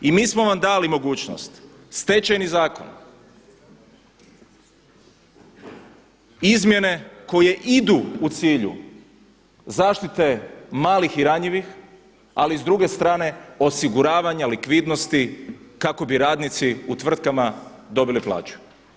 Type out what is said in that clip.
I mi smo vam dali mogućnost, Stečajni zakon izmjene koje idu u cilju zaštite malih i ranjivih, ali i s druge strane osiguravanja likvidnosti kako bi radnici u tvrtkama dobili plaću.